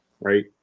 right